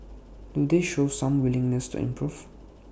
do they show some willingness to improve